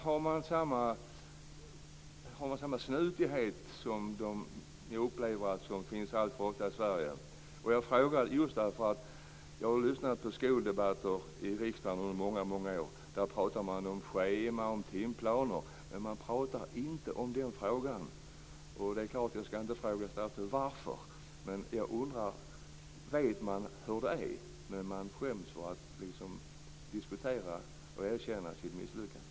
Har man samma snutighet där som jag upplever finns här i Sverige? Jag frågar därför att jag har lyssnat på skoldebatter i riksdagen under många år. Där pratar man om schema och timplaner, men man pratar inte om den här frågan. Jag skall inte fråga statsrådet varför. Men jag undrar om det är så att man vet hur det är men skäms för att diskutera det och erkänna sitt misslyckande.